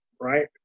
right